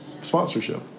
sponsorship